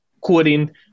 quoting